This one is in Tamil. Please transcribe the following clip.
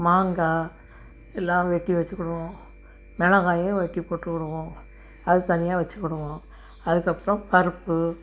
மாங்காய் எல்லாம் வெட்டி வச்சிக்கிவோம் மிளகாயும் வெட்டி போட்டுக்கிவோம் அது தனியாக வச்சிக்கிவோம் அதுக்கப்றம் பருப்பு